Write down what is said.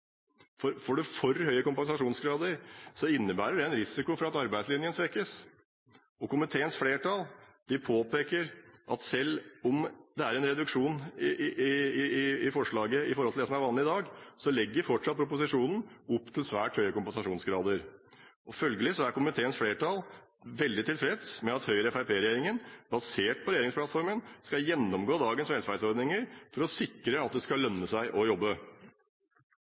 for høye kompensasjonsgrader, innebærer det en risiko for at arbeidslinjen svekkes. Komiteens flertall påpeker at selv om det er foreslått en reduksjon i forhold til det som er vanlig i dag, legger proposisjonen fortsatt opp til svært høye kompensasjonsgrader. Følgelig er komiteens flertall veldig tilfreds med at Høyre–Fremskrittsparti-regjeringen, basert på regjeringsplattformen, skal gjennomgå dagens velferdsordninger for å sikre at det skal lønne seg å jobbe.